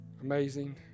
Amazing